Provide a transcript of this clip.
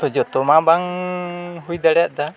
ᱛᱳ ᱡᱚᱛᱚᱢᱟ ᱵᱟᱝ ᱦᱩᱭ ᱫᱟᱲᱮᱭᱟᱫᱟ